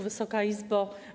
Wysoka Izbo!